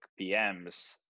PMs